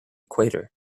equator